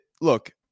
look